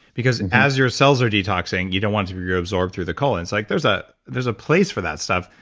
because as your cells are detoxing, you don't want it to be reabsorbed through the colon. it's like there's ah there's a place for that stuff,